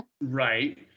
Right